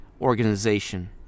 organization